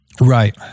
Right